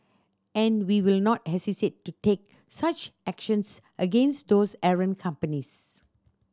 and we will not hesitate to take such actions against those errant companies